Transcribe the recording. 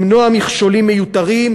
למנוע מכשולים מיותרים,